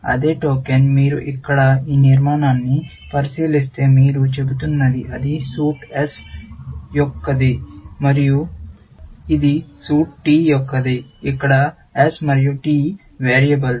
అదే టోకెన్ మీరు ఇక్కడ ఈ నిర్మాణాన్ని పరిశీలిస్తే మీరు చెబుతున్నది అది సూట్ S యొక్కది మరియు ఇది సూట్ T యొక్కది ఇక్కడ S మరియు T వేరియబుల్స్